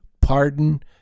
pardon